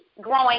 growing